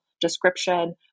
description